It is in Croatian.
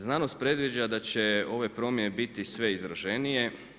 Znanost predviđa da će ove promjene biti sve izraženije.